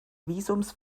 visums